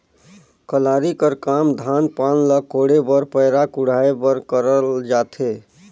कलारी कर काम धान पान ल कोड़े बर पैरा कुढ़ाए बर करल जाथे